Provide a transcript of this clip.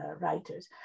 writers